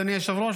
אדוני היושב-ראש,